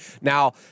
Now